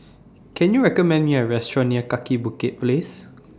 Can YOU recommend Me A Restaurant near Kaki Bukit Place